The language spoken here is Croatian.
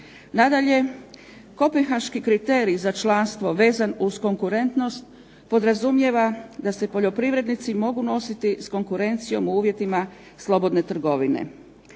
Nadalje, kopenhaški kriterij za članstvo vezan uz konkurentnost podrazumijeva da se poljoprivrednici mogu nositi s konkurencijom u uvjetima slobodne trgovine,